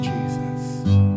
Jesus